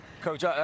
Coach